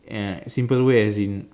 and simple way as in